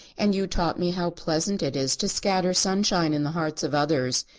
and you taught me how pleasant it is to scatter sunshine in the hearts of others.